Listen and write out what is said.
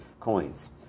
coins